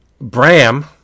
Bram